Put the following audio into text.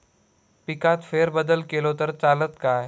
पिकात फेरबदल केलो तर चालत काय?